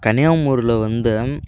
கனியாமூரில் வந்து